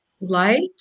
light